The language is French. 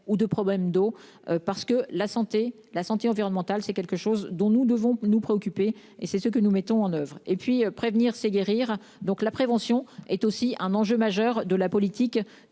ou de problèmes d'eau parce que la santé la santé environnementale, c'est quelque chose dont nous devons nous préoccuper et c'est ce que nous mettons en oeuvre et puis prévenir c'est guérir. Donc la prévention est aussi un enjeu majeur de la politique